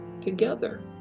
together